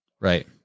right